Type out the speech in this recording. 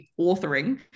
authoring